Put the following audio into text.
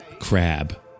crab